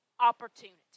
opportunity